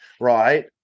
right